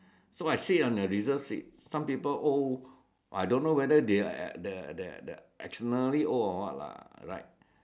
so I sit on the reserve seat some people old I don't know whether they are the the the exceptionally old or what lah like